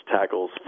tackles